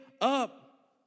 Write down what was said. up